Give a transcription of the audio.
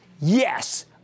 Yes